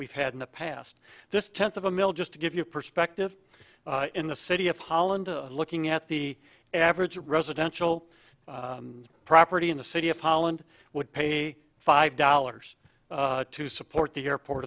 we've had in the past this tenth of a mill just to give you a perspective in the city of holland looking at the average residential property in the city of holland would pay five dollars to support the airport